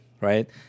right